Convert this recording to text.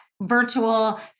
virtual